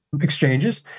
exchanges